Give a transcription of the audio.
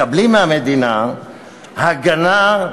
מקבלים מהמדינה הגנה,